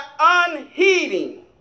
unheeding